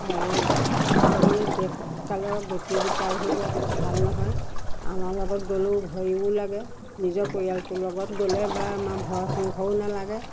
আৰু আজিকালি দেশ কালৰ গতি গোত্ৰবোৰ বৰ ভাল নহয় আনৰ লগত গ'লেও ভয়ো লাগে নিজৰ পৰিয়ালটোৰ লগত গ'লে বা আমাৰ ভয় শংকাও নালাগে